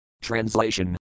Translation